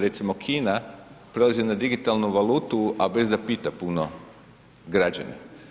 Recimo Kina prelazi na digitalnu valutu, a bez da pita puno građane.